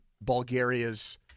Bulgaria's